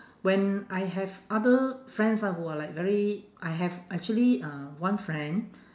when I have other friends ah who are like very I have actually uh one friend